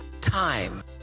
time